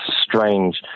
strange